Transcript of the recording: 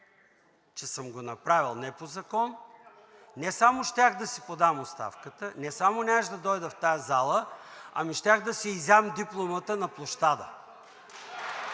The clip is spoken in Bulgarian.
че съм го направил не по закон, не само щях да си подам оставката, не само нямаше да дойда в тази зала, ами щях да си изям дипломата на площада.